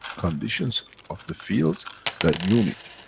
conditions of the fields that you need.